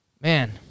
Man